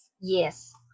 yes